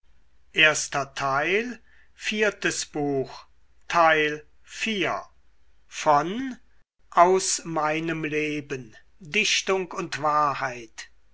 goethe aus meinem leben dichtung und wahrheit